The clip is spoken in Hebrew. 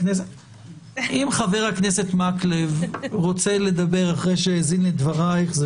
אם חבר הכנסת מקלב רוצה לדבר אחרי שהאזין לדברייך,